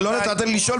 רבותיי.